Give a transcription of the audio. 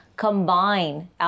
Combine